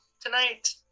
tonight